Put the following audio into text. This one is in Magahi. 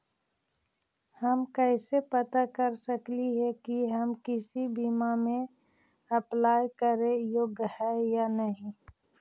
हम कैसे पता कर सकली हे की हम किसी बीमा में अप्लाई करे योग्य है या नही?